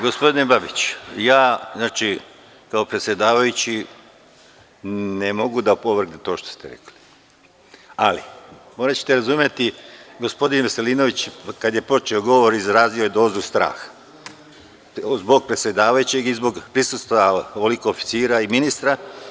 Gospodine Babiću, kao predsedavajući ne mogu da opovrgnem to što ste rekli, ali moraćete da razumete, gospodin Veselinović je na početku govora izrazio dozu straha zbog predsedavajućeg i zbog prisustva ovoliko oficira i ministra.